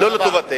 לא לטובתנו.